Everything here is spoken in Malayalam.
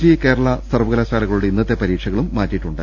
ജി കേരള സർവകലാശാലകളുടെ ഇന്നത്തെ പരീക്ഷകളും മാറ്റിയിട്ടുണ്ട്